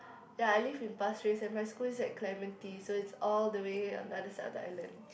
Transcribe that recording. ya I live in Pasir Ris and my school is at Clementi so it's all the way on the other side of the island